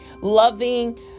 loving